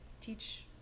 teach